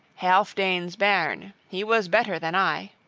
healfdene's bairn he was better than i!